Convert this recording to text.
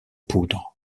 poudre